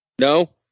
No